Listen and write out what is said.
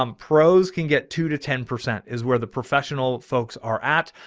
um pros can get to to ten percent is where the professional folks are at.